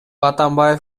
атамбаев